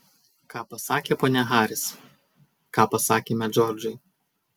ką pasakė ponia haris ką pasakėme džordžui